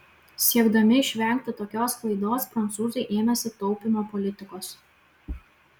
siekdami išvengti tokios klaidos prancūzai ėmėsi taupymo politikos